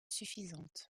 suffisantes